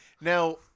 Now